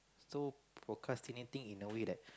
so procrastinating in a way that